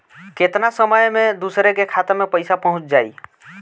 केतना समय मं दूसरे के खाता मे पईसा पहुंच जाई?